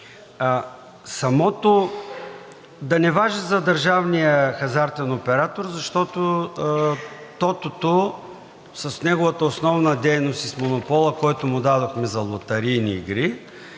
да не важи за държавния хазартен оператор, защото Тотото с неговата основна дейност с монопола, който му дадохме за лотарийни игри,